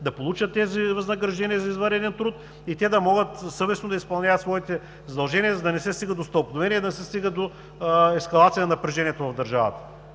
да получат тези възнаграждения за извънреден труд и те да могат съвестно да изпълняват своите задължения, за да не се стига до стълкновение и да не се стига до ескалация на напрежението в държавата.